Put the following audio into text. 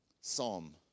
Psalm